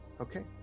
Okay